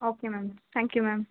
okay ma'am thank you ma'am